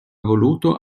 voluto